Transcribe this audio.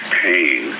pain